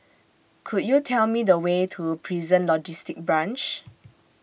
Could YOU Tell Me The Way to Prison Logistic Branch